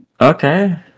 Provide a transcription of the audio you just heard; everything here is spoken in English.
Okay